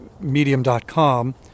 medium.com